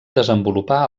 desenvolupar